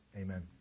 Amen